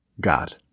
God